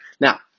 now